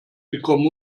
become